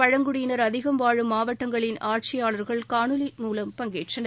பழங்குடியினர் அதிகம் வாழும் மாவட்டங்களின் ஆட்சியாளர்கள் கானொளி மூலம் பங்கேற்றனர்